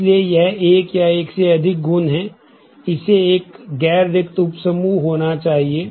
इसलिए यह एक या एक से अधिक गुण है इसे एक गैर रिक्त उप समूह होना चाहिए